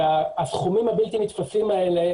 והסכומים הבלתי נתפסים האלה,